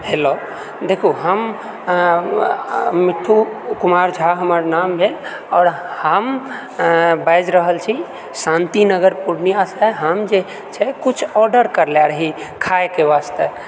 hello देखु हम मिठ्ठू कुमार झा हमर नाम भेल आओर हम बाजि रहल छी शान्ति नगर पूर्णियाँसँ हम जे छै किछु ऑर्डर करले रही खाइके वास्ते